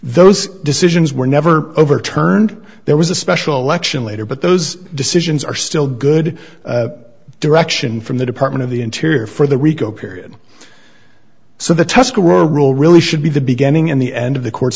those decisions were never overturned there was a special election later but those decisions are still good direction from the department of the interior for the rico period so the tuscarora rule really should be the beginning and the end of the court